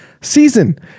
season